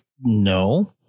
No